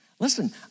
Listen